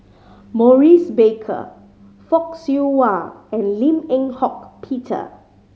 Maurice Baker Fock Siew Wah and Lim Eng Hock Peter